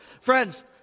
Friends